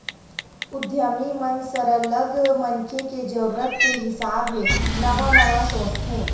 उद्यमी मन सरलग मनखे के जरूरत के हिसाब ले नवा नवा सोचथे